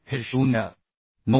हे 0